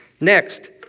Next